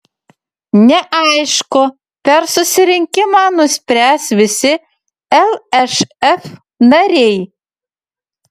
neaišku per susirinkimą nuspręs visi lšf nariai